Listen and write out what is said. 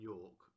York